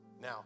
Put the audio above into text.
Now